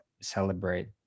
celebrate